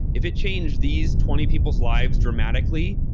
if it changed these twenty people's lives dramatically,